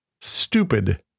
Stupid